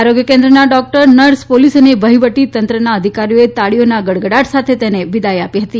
આરોગ્ય કેન્દ્રનાં doctor nurse police અને વહીવટીતંત્રનાં અધિકારીઓએ તાળીઓના ગડગડાટ સાથે તેને વિદાય આપી હતી